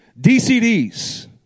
DCDs